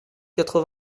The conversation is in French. quatre